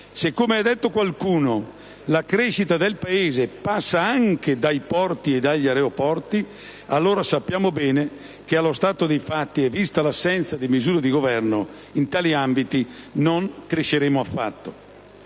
Se, come ha detto qualcuno, la crescita del Paese passa anche dai porti e dagli aeroporti, allora sappiamo bene che, allo stato dei fatti e vista l'assenza di misure del governo in tali ambiti, non cresceremo affatto.